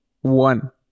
One